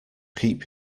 keep